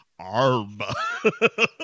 ARB